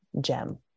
gem